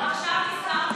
עכשיו נזכרתם,